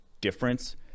difference